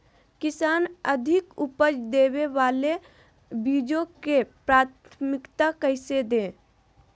किसान अधिक उपज देवे वाले बीजों के प्राथमिकता कैसे दे?